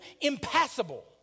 impassable